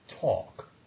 talk